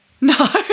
no